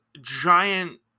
giant